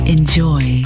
Enjoy